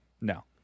No